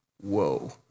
Whoa